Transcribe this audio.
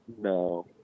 No